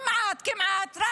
כמעט כמעט רק